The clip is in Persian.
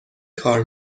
کار